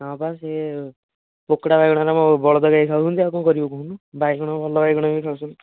ହଁ ବା ସେ ପୋକଡ଼ା ବାଇଗଣ ମୋ ବଳଦ ଗାଈ ଖାଉଛନ୍ତି ଆଉ କ'ଣ କରିବି କହୁନୁ ବାଇଗଣ ଭଲ ବାଇଗଣ ବି ଖାଉଛନ୍ତି